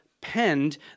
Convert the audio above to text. penned